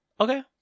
okay